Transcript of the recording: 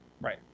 Right